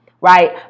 right